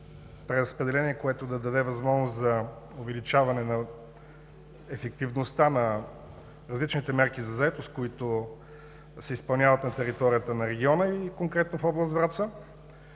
преразпределение, което да даде възможност за увеличаване на ефективността на различните мерки за заетост, които се изпълняват на територията на региона и конкретно в област Враца,